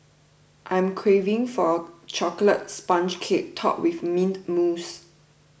I am craving for a Chocolate Sponge Cake Topped with Mint Mousse